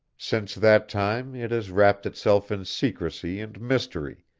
since that time it has wrapped itself in secrecy and mystery,